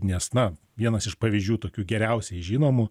nes na vienas iš pavyzdžių tokių geriausiai žinomų